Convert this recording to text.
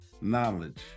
knowledge